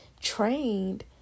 trained